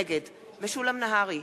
נגד משולם נהרי,